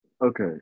Okay